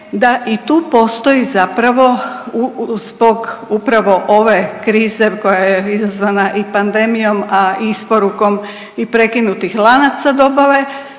da i tu postoji zapravo zbog upravo ove krize koja je izazvana i pandemijom, a isporukom i prekinutih lanaca dobave